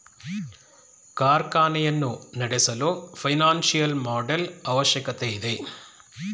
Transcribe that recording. ಕಾರ್ಖಾನೆಯನ್ನು ನಡೆಸಲು financial model ಅವಶ್ಯಕತೆ ಇದೆ